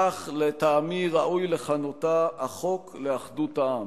אך לטעמי ראוי לכנותה "הצעת חוק לאחדות העם".